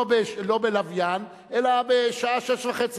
לא בלוויין אלא בשעה 18:30,